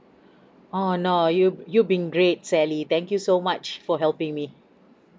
oh no you you've been great sally thank you so much for helping me